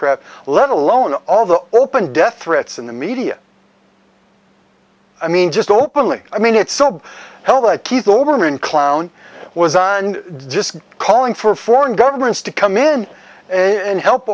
crap let alone all the open death threats in the media i mean just openly i mean it's so hell that keith olbermann clown was just calling for foreign governments to come in and help